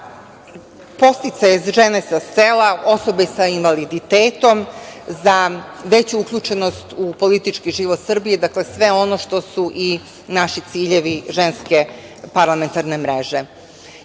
za podsticaje žene sa sela, osobe sa invaliditetom, za veću uključenost u politički život Srbije, dakle sve ono što su i naši ciljevi Ženske parlamentarne mreže. Na